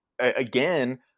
again